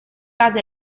base